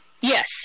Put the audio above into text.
Yes